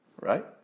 right